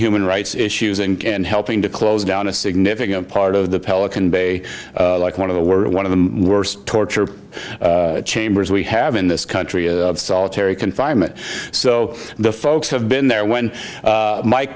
human rights issues and helping to close down a significant part of the pelican bay like one of the world one of the worst torture chambers we have in this country is solitary confinement so the folks have been there when mike